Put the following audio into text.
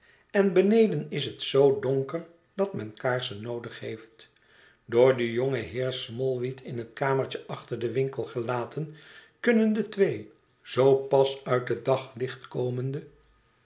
en beneden is het zoo donker dat men kaarsen noodig heeft door den jongen heer smallweed in het kamertje achter den winkel gelaten kunnen de twee zoo pas uit het daglicht komende